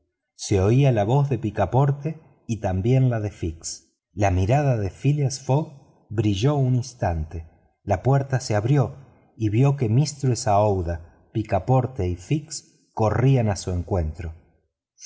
se oía la voz de picaporte y de fix la mirada de phileas fogg brilló un instante la puerta se abrió y vio que mistress aouida picaporte y fix corrían a su encuentro